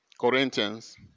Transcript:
Corinthians